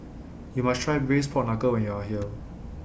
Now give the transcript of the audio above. YOU must Try Braised Pork Knuckle when YOU Are here